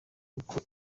nk’uko